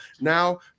Now